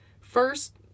first